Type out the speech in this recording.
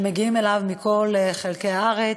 שמגיעים אליו מכל חלקי הארץ.